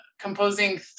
composing